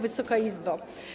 Wysoka Izbo!